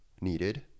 needed